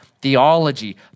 theology